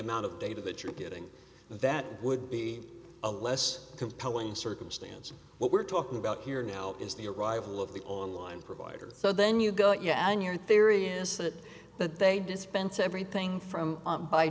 amount of data that you're getting that would be a less compelling circumstance of what we're talking about here now is the arrival of the online provider so then you go yeah on your theory is that that they dispense everything from